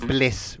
Bliss